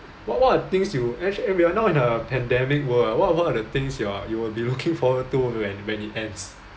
what what are the things you act~ and we are now in a pandemic world wha~ what are the things you are you will be looking forward to when when it ends